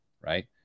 right